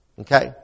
Okay